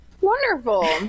Wonderful